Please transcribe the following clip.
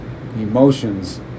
emotions